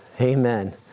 Amen